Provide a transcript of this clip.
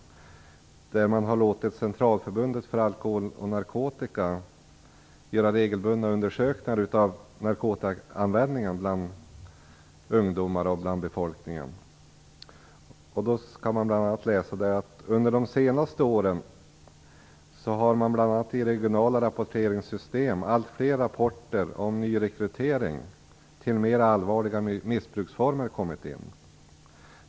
Man har låtit Centralförbundet för alkohol och narkotika göra regelbundna undersökningar av narkotikaanvändningen bland ungdomar och även hos befolkningen i stort. Bl.a. står det: "Under de senaste åren har, bland annat i CAN:s regionala rapporteringssystem, allt fler rapporter om nyrekrytering till mera allvarliga missbruksformer kommit in.